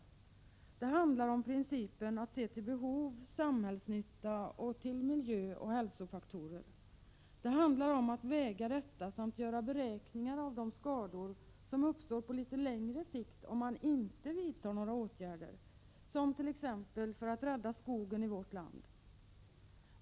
Kravet gäller principen att se till behov och samhällsnytta liksom till miljöoch hälsofaktorer. Det handlar om att väga dessa faktorer mot varandra samt att göra beräkningar av de skador som kan uppstå på litet längre sikt om man inte vidtar några åtgärder, t.ex. åtgärder för att rädda skogen i vårt land.